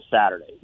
Saturday